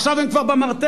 עכשיו הם כבר במרתף.